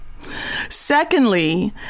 Secondly